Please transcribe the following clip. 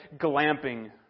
glamping